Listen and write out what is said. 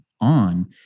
on